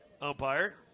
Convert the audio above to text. umpire